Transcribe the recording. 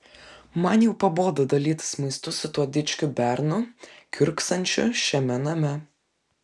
man jau pabodo dalytis maistu su tuo dičkiu bernu kiurksančiu šiame name